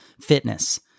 fitness